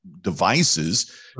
devices